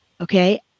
okay